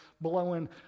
blowing